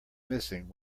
missing